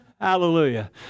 Hallelujah